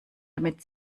damit